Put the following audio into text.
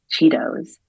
Cheetos